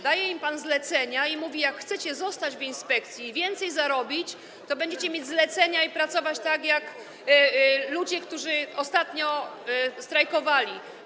Daje im pan zlecenia i mówi: Jak chcecie zostać w inspekcji i więcej zarobić, to będziecie mieć zlecenia i pracować tak jak ludzie, którzy ostatnio strajkowali.